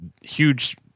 huge